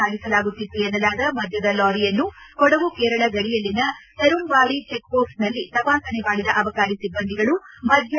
ಸಾಗಿಸಲಾಗುತ್ತಿತ್ತು ಎನ್ನಲಾದ ಮದ್ದದ ಲಾರಿಯನ್ನು ಕೊಡಗು ಕೇರಳ ಗಡಿಯಲ್ಲಿನ ಪೆರುಂಬಾಡಿ ಚೆಕ್ ಪೋಸ್ಟ್ ನಲ್ಲಿ ತಪಾಸಣೆ ಮಾಡಿದ ಅಬಕಾರಿ ಸಿಬ್ಬಂದಿಗಳು ಮದ್ದ